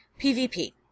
PvP